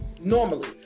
normally